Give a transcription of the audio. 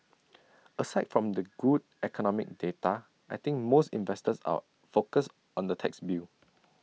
aside from the good economic data I think most investors are focused on the tax bill